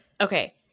Okay